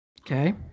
Okay